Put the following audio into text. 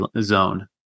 zone